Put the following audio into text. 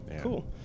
Cool